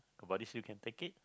but at least you can take it